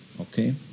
okay